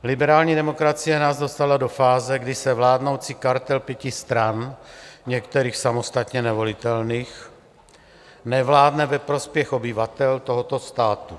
Liberální demokracie nás dostala do fáze, kdy vládnoucí kartel pěti stran, některých samostatně nevolitelných, nevládne ve prospěch obyvatel tohoto státu.